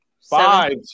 five